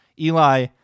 Eli